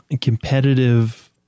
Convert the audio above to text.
competitive